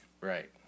Right